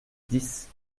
dix